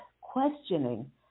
questioning